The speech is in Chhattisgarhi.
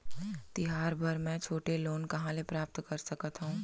तिहार बर मै छोटे लोन कहाँ ले प्राप्त कर सकत हव?